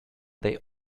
they